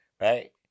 right